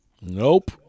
nope